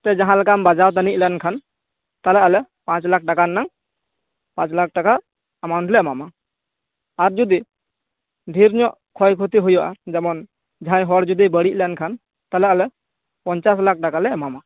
ᱛᱮ ᱡᱟᱦᱟᱸ ᱞᱮᱠᱟᱢ ᱵᱟᱡᱟᱣ ᱛᱟ ᱱᱤᱡ ᱞᱮᱱᱠᱷᱟᱱ ᱛᱟᱦᱚᱞᱮ ᱟᱞᱮ ᱯᱟᱸᱪ ᱞᱟᱠᱷ ᱴᱟᱠᱟ ᱨᱮᱱᱟᱜ ᱯᱟᱸᱪ ᱞᱟᱠᱷ ᱴᱟᱠᱟ ᱮᱢᱟᱣᱩᱱᱴ ᱞᱮ ᱮᱢᱟᱢᱟ ᱟᱨ ᱡᱩᱫᱤ ᱫᱷᱮᱨ ᱧᱚᱜ ᱠᱷᱚᱭ ᱠᱷᱩᱛᱤ ᱦᱩᱭᱩᱜᱼᱟ ᱡᱮᱢᱚᱱ ᱡᱟᱦᱟᱸᱭ ᱦᱚᱲ ᱡᱩᱫᱤ ᱵᱟ ᱲᱤᱡ ᱞᱮᱱᱠᱷᱟᱱ ᱛᱟᱦᱮᱞᱮ ᱟᱞᱮ ᱯᱚᱧᱪᱟᱥ ᱞᱟᱠᱷ ᱴᱟᱠᱟᱞᱮ ᱮᱢᱟᱢᱟ